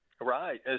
Right